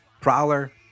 Prowler